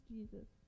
Jesus